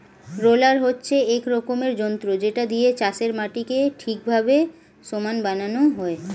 roller হচ্ছে এক রকমের যন্ত্র যেটা দিয়ে চাষের মাটিকে ঠিকভাবে সমান বানানো হয়